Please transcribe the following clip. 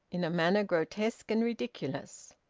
in a manner grotesque and ridiculous.